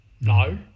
No